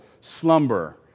slumber